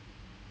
god